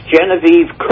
Genevieve